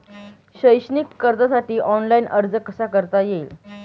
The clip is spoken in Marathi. शैक्षणिक कर्जासाठी ऑनलाईन अर्ज कसा करता येईल?